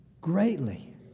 greatly